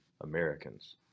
Americans